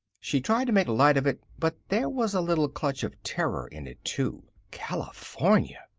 she tried to make light of it, but there was a little clutch of terror in it, too. california!